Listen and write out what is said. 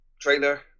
trailer